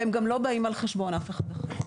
והם גם לא באים על חשבון אף אחד אחר.